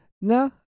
No